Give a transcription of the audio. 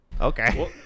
okay